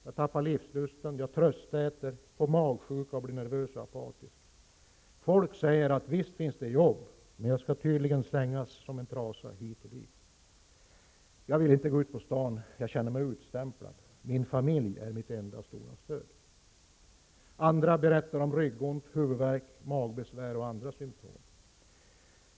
Jag tappar livslusten, tröstäter, får magsjuka, blir nervös och apatisk. Folk säger att visst finns det jobb, men jag skall tydligen slängas som en trasa hit och dit. Jag vill inte gå ut på stan, jag känner mig utstämplad. Min familj är mitt enda stora stöd. Andra berättar om ryggont, huvudvärk, magbesvär och andra symtom.